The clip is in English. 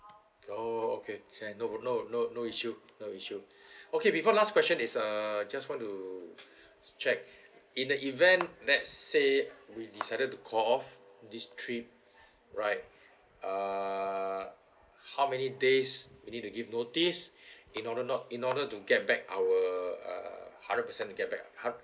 oh okay can no no no no issue no issue okay before last question is err just want to check in the event let's say we decided to call off this trip right err how many days we need to give notice in order no~ in order to get back our err hundred percent to get back